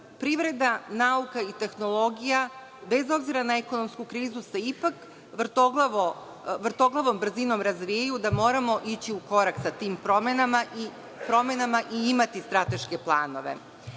privreda, nauka i tehnologija, bez obzira na ekonomsku krizu, se ipak vrtoglavom brzinom razvijaju, da moramo ići u korak sa tim promenama i imati strateške planove. Navešću